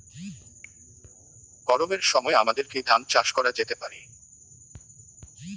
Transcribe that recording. গরমের সময় আমাদের কি ধান চাষ করা যেতে পারি?